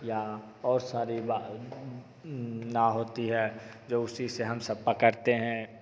या और सारी बा नाव होती है जो उसी से हम सब पकड़ते हैं